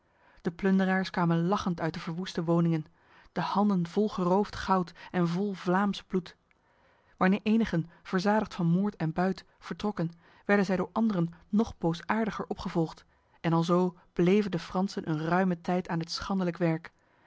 de plunderaars kwamen lachend uit de verwoeste woningen de handen vol geroofd goud en vol vlaams bloed wanneer enigen verzadigd van moord en buit vertrokken werden zij door anderen nog boosaardiger opgevolgd en alzo bleven de fransen een ruime tijd aan dit schandelijk werk